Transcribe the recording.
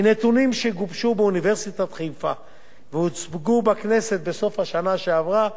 מנתונים שגובשו באוניברסיטת חיפה והוצגו בכנסת בסוף השנה שעברה,